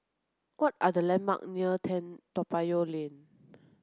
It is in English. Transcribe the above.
what are the landmark near Toa Payoh Lane